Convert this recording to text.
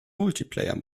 multiplayer